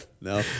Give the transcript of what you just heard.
No